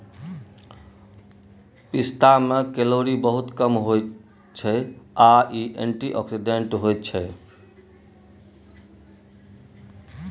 पिस्ता मे केलौरी बहुत कम होइ छै आ इ एंटीआक्सीडेंट्स होइ छै